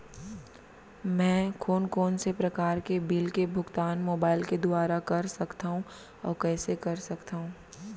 मैं कोन कोन से प्रकार के बिल के भुगतान मोबाईल के दुवारा कर सकथव अऊ कइसे कर सकथव?